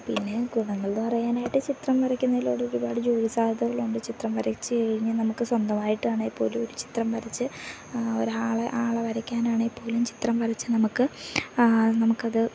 പിന്നെ ഗുണങ്ങളെന്ന് പറയാനായിട്ട് ചിത്രം വരയ്ക്കുന്നതിലൂടെ ഒരുപാട് ജോലി സാധ്യതകൾ ഉണ്ട് ചിത്രം വരച്ചു കഴിഞ്ഞു നമുക്ക് സ്വന്തമായിട്ട് ആണെങ്കിൽ പോലും ഒരു ചിത്രം വരച്ചു ഒരാളെ ആളെ വരയ്ക്കാനാണ് എങ്കിൽ പോലും ചിത്രം വരച്ചു നമുക്ക് നമുക്ക് അത്